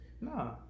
no